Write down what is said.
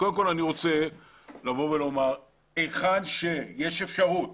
אני רוצה לומר שהיכן שיש אפשרות